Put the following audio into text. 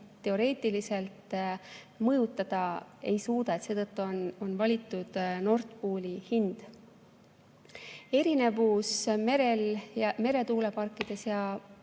teoreetiliselt mõjutada ei suuda. Seetõttu on valitud Nord Pooli hind. Erinevus meretuuleparkide ja